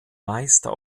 meister